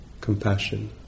compassion